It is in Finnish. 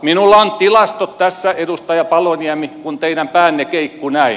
minulla on tilastot tässä edustaja paloniemi kun teidän päänne keikkui näin